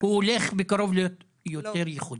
הוא הולך בקרוב להיות יותר ייחודי.